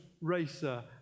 racer